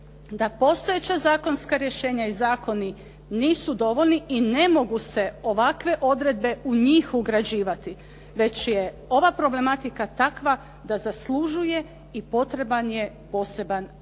da postojeća zakonska rješenja i zakoni nisu dovoljni i ne mogu se ovakve odredbe u njih ugrađivati, već je ova problematika takva da zaslužuje i potreban je poseban zakon